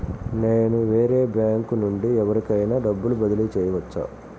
నేను వేరే బ్యాంకు నుండి ఎవరికైనా డబ్బు బదిలీ చేయవచ్చా?